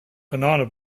banana